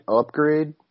upgrade